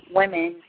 women